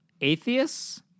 atheists